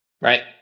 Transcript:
Right